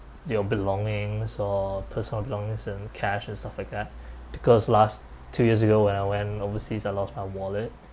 your belongings or personal belongings and cash and stuff like that because last two years ago when I went overseas I lost my wallet